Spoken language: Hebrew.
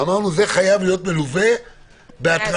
זה חייב להיות מלווה בהתרעה,